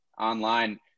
online –